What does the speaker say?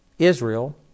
Israel